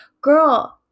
girl